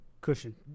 cushion